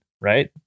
right